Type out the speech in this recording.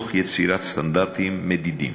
תוך יצירת סטנדרטים מדידים.